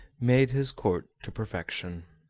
made his court to perfection.